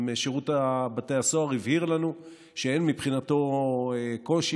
גם שירות בתי הסוהר הבהיר לנו שאין מבחינתו קושי.